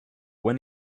when